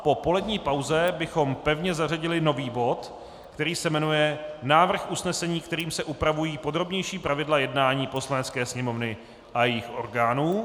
Po polední pauze bychom pevně zařadili nový bod, který se jmenuje Návrh usnesení, kterým se upravují podrobnější pravidla jednání Poslanecké sněmovny a jejích orgánů.